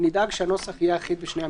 נדאג שהנוסח יהיה אחיד בשני המקרים.